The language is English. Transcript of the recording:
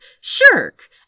shirk